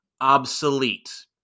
obsolete